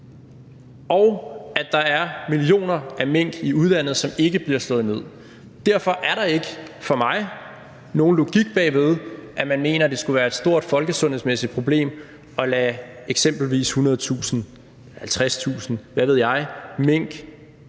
og at der er millioner af mink i udlandet, som ikke bliver slået ned. Derfor er der ikke for mig nogen logik bag ved, at man mener, at det skulle være et stort folkesundhedsmæssigt problem at lade eksempelvis 100.000, 50.000 – hvad ved jeg? –